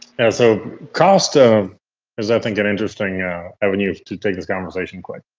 and so cost um is i think an interesting avenue to take this conversation. like